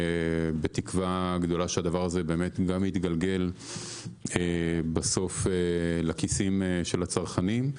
בתקווה גדולה שהדבר הזה באמת גם יתגלגל בסוף לכיסי הצרכנים.